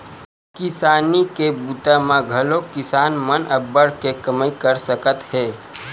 किसानी के बूता म घलोक किसान मन अब्बड़ के कमई कर सकत हे